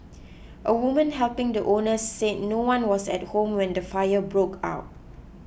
a woman helping the owners said no one was at home when the fire broke out